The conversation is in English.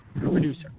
producer